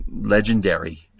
Legendary